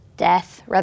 death